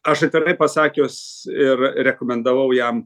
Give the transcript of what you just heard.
aš atvirai pasakius ir rekomendavau jam